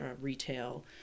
retail